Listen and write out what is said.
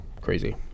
crazy